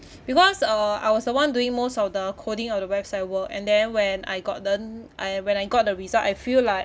because uh I was the one doing most of the coding on the website work and then when I gotten I when I got the result I feel like